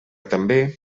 també